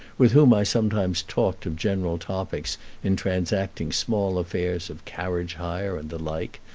with whom i sometimes talked of general topics in transacting small affairs of carriage hire and the like,